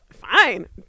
fine